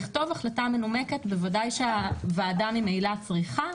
לכתוב החלטה מנומקת בוודאי שהוועדה ממילא צריכה,